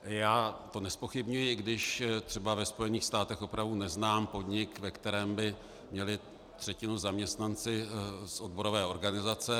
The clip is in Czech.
Já to nezpochybňuji, i když třeba ve Spojených státech opravdu neznám podnik, ve kterém by měli třetinu zaměstnanci z odborové organizace.